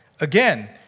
Again